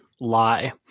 lie